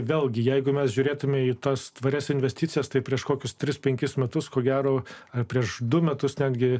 vėlgi jeigu mes žiūrėtumėme į tas tvarias investicijas tai prieš kokius tris penkis metus ko gero ar prieš du metus netgi